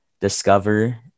discover